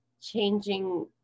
changing